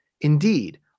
Indeed